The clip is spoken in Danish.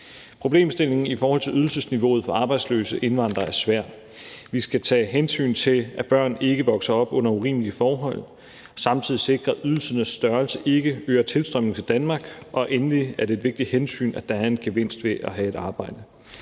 Problemstillingen i forhold til ydelsesniveauet for arbejdsløse indvandrere er svær. Vi skal tage hensyn til, at børn ikke vokser op under urimelige forhold, og samtidig sikre, at ydelsernes størrelse ikke øger tilstrømningen til Danmark, og endelig er det et vigtigt hensyn, at der er en gevinst ved at have et arbejde.